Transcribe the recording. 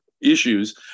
issues